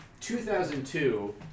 2002